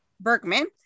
Bergman